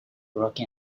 broke